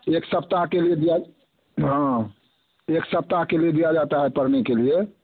एक सप्ताह के लिए दिया हाँ एक सप्ताह के लिए दिया जाता है पढ़ने के लिए